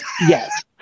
Yes